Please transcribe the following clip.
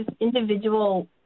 individual